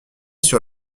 sur